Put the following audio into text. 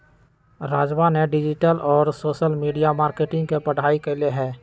राजवा ने डिजिटल और सोशल मीडिया मार्केटिंग के पढ़ाई कईले है